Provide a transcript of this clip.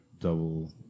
double